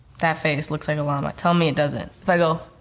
that face looks like a llama, tell me it doesn't. if i go,